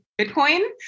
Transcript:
Bitcoin